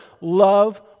Love